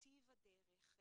טיב הדרך,